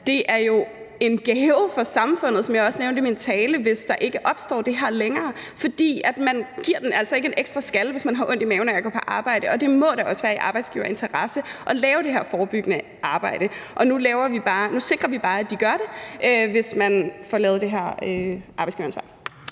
tale, en gave for samfundet, hvis der ikke opstår det her længere. For man giver den altså ikke en ekstra skalle, hvis man får ondt i maven af at gå på arbejde. Og det må da også være i arbejdsgivernes interesse at lave det her forebyggende arbejde. Men nu sikrer vi bare, at de gør det, hvis man får lavet det her arbejdsgiveransvar.